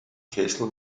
kessel